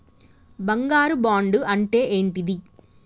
బంగారు బాండు అంటే ఏంటిది?